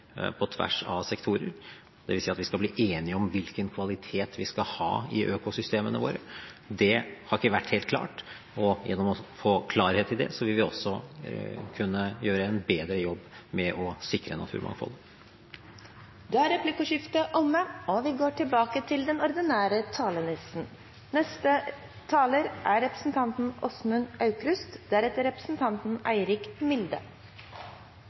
på tvers av sektorer, dvs. at vi skal bli enige om hvilken kvalitet vi skal ha i økosystemene våre. Det har ikke vært helt klart. Ved å få klarhet i det vil vi også kunne gjøre en bedre jobb med å sikre naturmangfoldet. Da er replikkordskiftet omme. Det er utrolig bra at verden har klart å få til en enighet i Paris. Det er